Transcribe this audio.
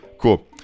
cool